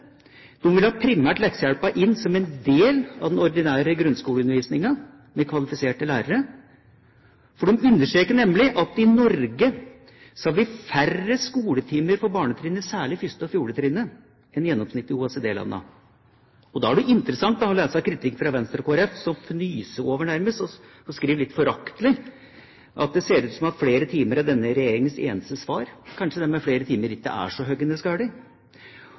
vil primært ha leksehjelpen inn som en del av den ordinære grunnskoleundervisningen, med kvalifiserte lærere, for de understreker at i Norge har vi færre skoletimer på barnetrinnet, særlig på 1.–4. årstrinn, enn gjennomsnittet i OECD-landene. Da er det interessant å lese kritikken fra Venstre og Kristelig Folkeparti, som nærmest fnyser over og skriver litt foraktelig at det ser ut som at «flere timer er denne regjeringens eneste svar». Kanskje det med flere timer ikke er så